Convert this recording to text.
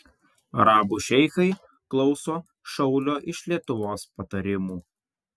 arabų šeichai klauso šaulio iš lietuvos patarimų